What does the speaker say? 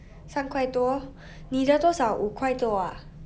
三块多你的多少五块多 ah